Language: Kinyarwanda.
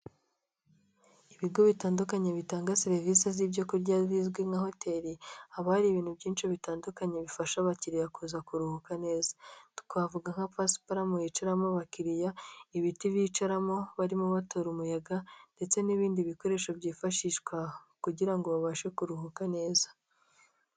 Ibigo bitandukanye bitanga serivisi z'ibyokurya bizwi nka hoteli haba hari ibintu byinshi bitandukanye bifasha abakiriya kuza kuruhuka neza, twavuga nka pasupalamo yicaramo abakiriya, ibiti bicaramo barimo batora umuyaga, ndetse n'ibindi bikoresho byifashishwa kugira ngo babashe kuruhuka neza.